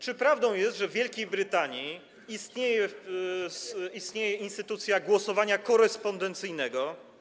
Czy prawdą jest, że w Wielkiej Brytanii istnieje instytucja głosowania korespondencyjnego?